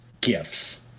gifts